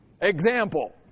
Example